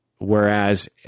Whereas